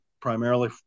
primarily